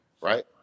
Right